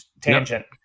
tangent